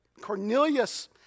Cornelius